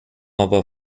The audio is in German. aber